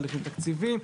תהליכים תקציביים,